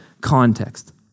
context